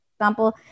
example